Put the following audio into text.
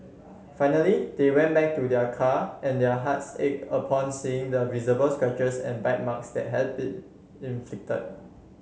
finally they went back to their car and their hearts ach upon seeing the visible scratches and bite marks that had been inflicted